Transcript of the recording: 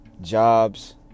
jobs